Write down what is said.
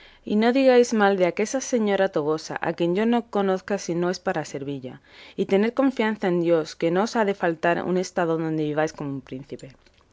y no digáis mal de aquesa señora tobosa a quien yo no conozco si no es para servilla y tened confianza en dios que no os ha de faltar un estado donde viváis como un príncipe